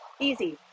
easy